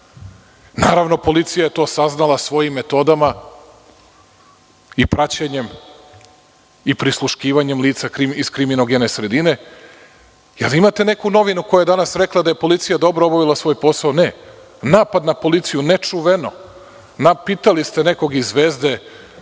Naravno, policija je to saznala svojim metodama i praćenjem i prisluškivanjem lica iz kriminogene sredine. Da li imate neku novinu koja je danas rekla da je policija dobro obavila svoj posao? Ne, napad na policiju. Nečuveno, pitali ste nekoga iz Zvezde